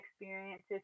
experiences